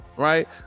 Right